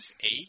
eight